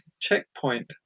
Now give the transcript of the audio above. checkpoint